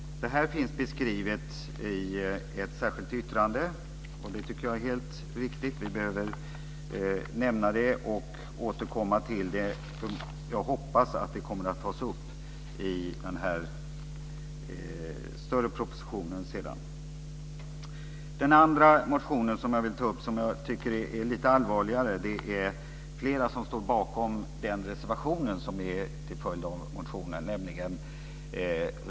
Det här finns beskrivet i ett särskilt yttrande. Det tycker jag är helt riktigt. Vi behöver nämna det och återkomma till det. Jag hoppas att det kommer att tas upp i den större propositionen. Den andra motionen som jag vill ta upp och som jag tycker är lite allvarligare gäller risken för provborrningar efter olja och gas i Skagerrak och Kattegatt.